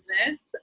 business